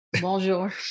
bonjour